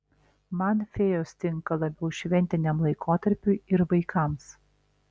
man fėjos tinka labiau šventiniam laikotarpiui ir vaikams